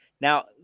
Now